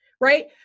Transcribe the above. right